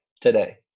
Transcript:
today